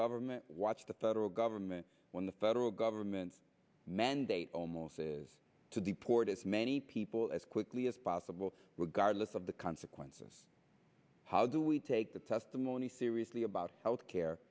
government watch the federal government when the federal government's mandate almost is to deport as many people as quickly as possible regardless of the consequences how do we take the testimony seriously about health care